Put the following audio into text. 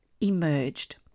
emerged